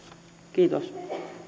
kiitos